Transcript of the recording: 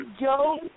Joe